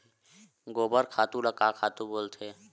गोबर खातु ल का खातु बोले जाथे?